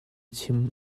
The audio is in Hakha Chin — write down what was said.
chim